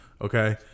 Okay